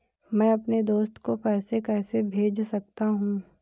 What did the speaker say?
मैं अपने दोस्त को पैसे कैसे भेज सकता हूँ?